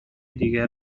دیگر